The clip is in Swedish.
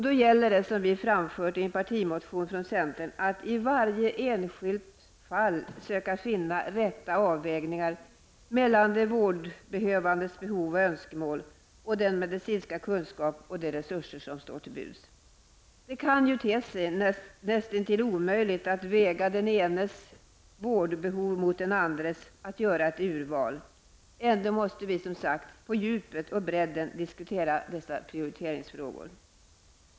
Då gäller det, som vi framförde i en partimotion från centern, att i varje enskilt fall söka finna rätta avvägningar mellan de vårdsökandes behov och önskemål, den medicinska kunskapen och de resurser som står till buds. Det kan te sig näst intill omöjligt att väga den enes vårdbehov mot den andres, att göra ett urval. Ändå måste vi som sagt på djupet och bredden diskutera dessa prioriteringsfrågor.